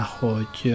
hogy